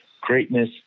Greatness